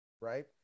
right